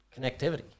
Connectivity